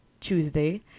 Tuesday